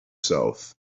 south